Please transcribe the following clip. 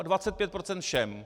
25 % všem.